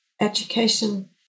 education